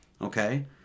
Okay